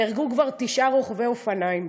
נהרגו כבר תשעה רוכבי אופניים.